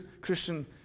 Christian